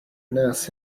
nurse